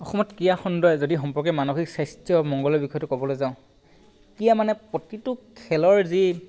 অসমত ক্ৰীড়া খণ্ডই যদি সম্পৰ্কে মানসিক স্বাস্থ্য মংগলৰ বিষয়টো ক'বলৈ যাওঁ ক্ৰীড়া মানে প্ৰতিটো খেলৰ যি